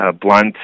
Blunt